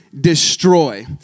destroy